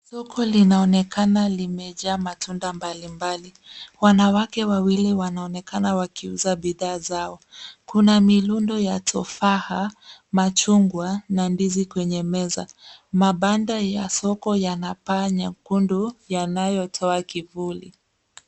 Soko linaonekana limejaa matunda mbalimbali wanawake wawili wanaonekana wakiuza bidhaa zao. Kuna mirundo ya tofaha, machungwa na ndizi kwenye meza. Mabanda ya soko yana paa nyekundu yanayotoa kivuli.